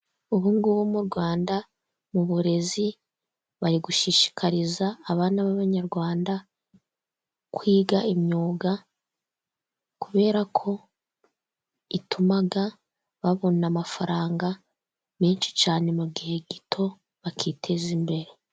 Ubu ngubu mu rwanda mu burezi, bari gushishikariza abana b'abanyarwanda kwiga imyuga . Kubera ko ituma babona amafaranga menshi cyane mu gihe gito bakiteza imbere.